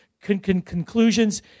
conclusions